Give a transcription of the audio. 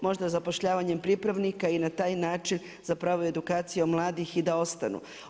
Možda zapošljavanjem pripravnika i na taj način zapravo edukacijom mladih i da ostanu.